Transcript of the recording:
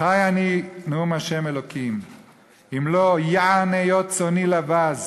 "חי אני נאם ה' אלוקים אם לא יען היות צאני לבז